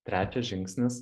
trečias žingsnis